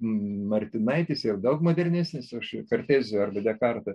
martinaitis yra daug modernesnis už kartezį arba dekartą